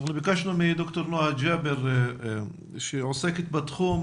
ביקשנו מד"ר נוהא ג'אבר שעוסקת בתחום,